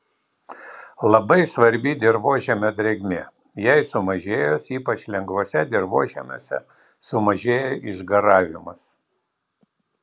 labai svarbi dirvožemio drėgmė jai sumažėjus ypač lengvuose dirvožemiuose sumažėja išgaravimas